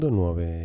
nuove